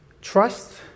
Trust